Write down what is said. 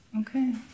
Okay